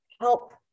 help